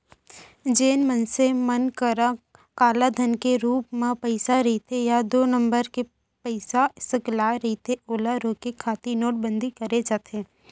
जेन मनसे मन करा कालाधन के रुप म पइसा रहिथे या दू नंबर के पइसा सकलाय रहिथे ओला रोके खातिर नोटबंदी करे जाथे